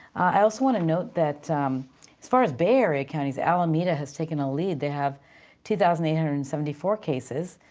i also want to that as far as bay area counties, alameda has taken a lead. they have two thousand eight hundred and seventy four cases,